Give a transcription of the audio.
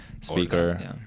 speaker